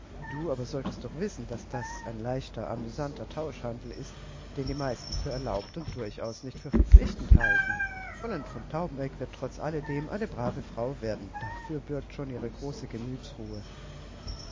du aber solltest doch wissen daß das ein leichter amüsanter tauschhandel ist den die meisten für erlaubt und durchaus nicht für verpflichtend halten fräulein von taubeneck wird trotz alledem eine brave frau werden dafür bürgt schon ihre große